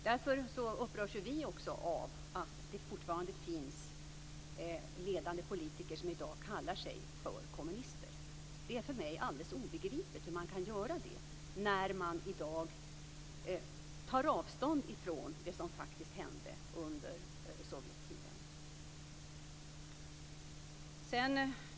Därför upprörs också vi av att det finns ledande politiker som i dag kallar sig för kommunister. Det är för mig alldeles obegripligt hur man kan göra det när man i dag tar avstånd från det som faktiskt hände under Sovjettiden.